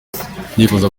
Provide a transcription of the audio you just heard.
ndifuza